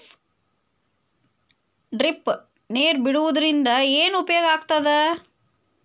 Drip ನೇರ್ ಬಿಡುವುದರಿಂದ ಏನು ಉಪಯೋಗ ಆಗ್ತದ?